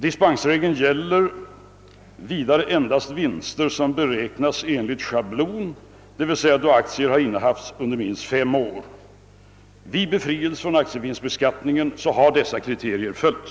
Dispensregeln gäller vidare endast vinster som beräknas enligt schablon, d. v. s. då aktier innehafts under minst fem år. Vid befrielse från aktievinstbeskattningen har dessa kriterier följts.